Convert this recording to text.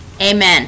Amen